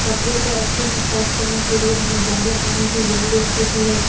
کپڑے کو اچھے سے صاف کرنے کے لیے ہمیں زیادہ پانی کی ضرورت ہوتی ہے